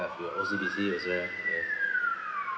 with O_C_B_C also have yes